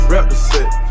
Represent